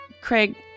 Craig